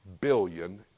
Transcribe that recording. billion